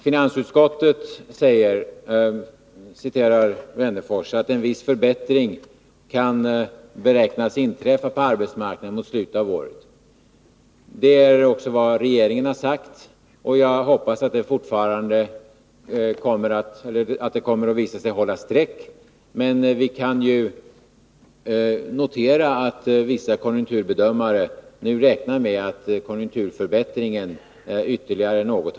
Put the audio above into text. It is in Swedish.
Alf Wennerfors citerade vad finansutskottet säger om att en viss förbättring kan beräknas inträffa på arbetsmarknaden mot slutet av året. Det är också vad regeringen har sagt, och jag hoppas att förutsägelsen kommer att visa sig hålla streck. Men vi kan notera att vissa konjunkturbedömare nu räknar med att konjunkturförbättringen har försenats ytterligare något.